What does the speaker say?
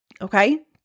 Okay